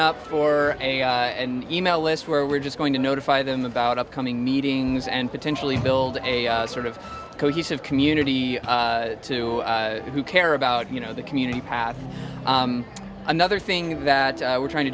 up for a email list where we're just going to notify them about upcoming meetings and potentially build a sort of cohesive community to who care about you know the community path another thing that we're trying to